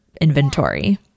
inventory